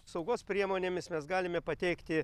saugos priemonėmis mes galime pateikti